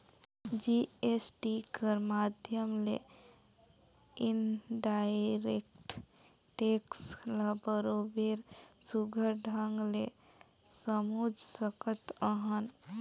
GST कर माध्यम ले इनडायरेक्ट टेक्स ल बरोबेर सुग्घर ढंग ले समुझ सकत अहन